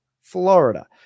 Florida